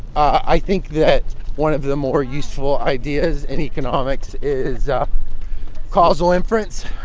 i think that one of the more useful ideas in economics is um causal inference.